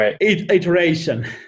iteration